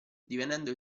divenendo